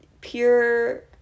pure